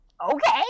Okay